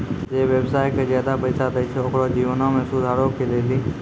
जे व्यवसाय के ज्यादा पैसा दै छै ओकरो जीवनो मे सुधारो के लेली